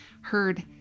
heard